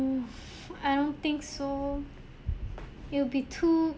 I don't think so it'll be too